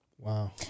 Wow